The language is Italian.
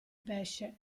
pesce